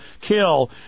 kill